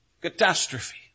catastrophe